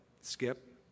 Skip